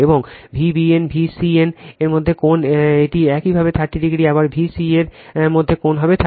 এবং Vbn এবং Vbc এর মধ্যে কোণ এটি একইভাবে 30o আবার Vca এর মধ্যে কোণ হবে 30o